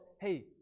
hey